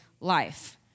life